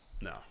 No